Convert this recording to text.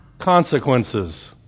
consequences